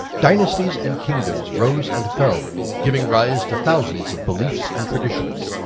dynasties and kingdoms rose and fell giving rise to thousands of beliefs and traditions,